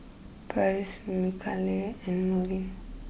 Farris Mikaela and Merwin